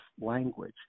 language